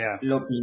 Lo